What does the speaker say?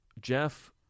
Jeff